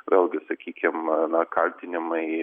vėlgi sakykim na kaltinimai